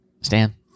Stan